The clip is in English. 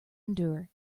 endure